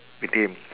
with him